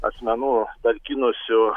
asmenų talkinusių